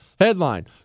Headline